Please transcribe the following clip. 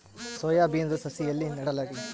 Soya ಬಿನದು ಸಸಿ ಎಲ್ಲಿ ನೆಡಲಿರಿ?